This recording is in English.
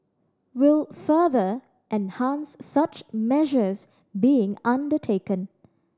will further enhance such measures being undertaken